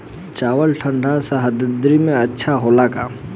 चावल ठंढ सह्याद्री में अच्छा होला का?